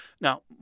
Now